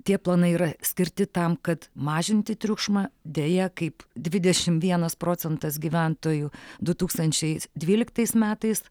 tie planai yra skirti tam kad mažinti triukšmą deja kaip dvidešim vienas procentas gyventojų du tūkstančiai dvyliktais metais